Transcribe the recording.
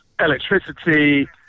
electricity